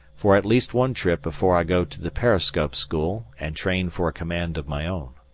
for at least one trip before i go to the periscope school and train for a command of my own.